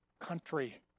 Country